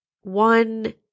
one